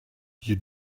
you